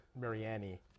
Mariani